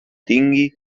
tingui